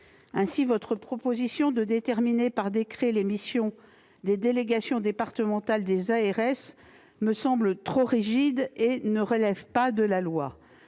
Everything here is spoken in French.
Ainsi, votre proposition de déterminer par décret les missions des délégations départementales des ARS me semble trop rigide ; en outre, cela ne